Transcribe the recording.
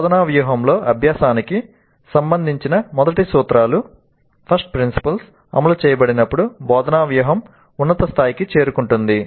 బోధనా వ్యూహంలో అభ్యాసానికి సంబంధించిన మొదటి సూత్రాలు అమలు చేయబడినప్పుడు బోధనా వ్యూహం ఉన్నత స్థాయికి చేరుకుంటుంది